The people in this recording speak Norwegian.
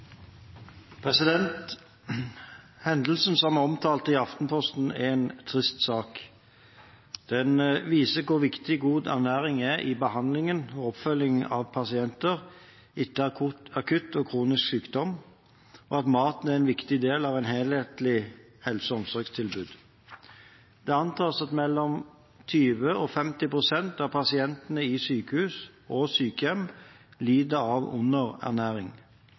omtalt i Aftenposten, er en trist sak. Den viser hvor viktig god ernæring er i behandling og oppfølging av pasienter etter akutt og kronisk sykdom, og at maten er en viktig del av et helhetlig helse- og omsorgstilbud. Det antas at mellom 20 pst. og 50 pst. av pasientene i sykehus og sykehjem lider av underernæring. Det er grunn til å tro at tilstanden er underdiagnostisert hos mange. Underernæring